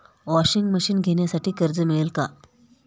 Washing machine घेण्यासाठी कर्ज मिळेल का?